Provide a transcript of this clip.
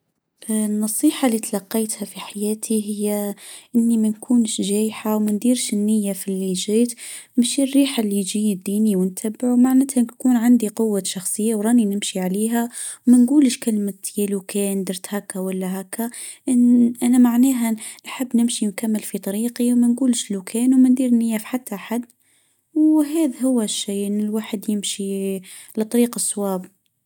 النصيحه اللي تلقيتها في حياتي: هيا إني مانكونش جايحه ومانديرش النيه في إللي جيت مشريح إللي يجي يديني ونتبعه معناتها بيكون عندي قوة شخصيه وراني نمشي عليها. منجولش كلمة يلوكان دري هكا ولا هكا ؛ إن أنا معناها نحب نمشي نكمل في طريقي ومنجولش لو كان وما ندير النيه في حتى حد وهذا هو الشيء إن الواحد يمشي لطريق الصواب.